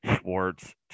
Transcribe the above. Schwartz